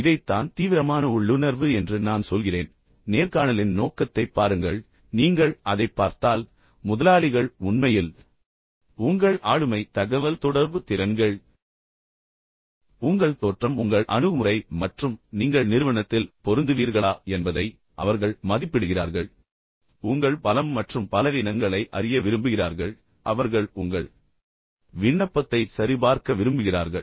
இதைத் தான் தீவிரமான உள்ளுணர்வு என்று நான் சொல்கிறேன் நேர்காணலின் நோக்கத்தைப் பாருங்கள் நீங்கள் அதைப் பார்த்தால் முதலாளிகள் உண்மையில் உங்கள் ஆளுமை தகவல்தொடர்பு திறன்கள் உங்கள் தோற்றம் உங்கள் அணுகுமுறை மற்றும் நீங்கள் நிறுவனத்தில் பொருந்துவீர்களா என்பதை அவர்கள் மதிப்பிடுகிறார்கள் உங்கள் பலம் மற்றும் பலவீனங்களை அறிய விரும்புகிறார்கள் பின்னர் அவர்கள் உங்கள் விண்ணப்பத்தை சரிபார்க்க விரும்புகிறார்கள்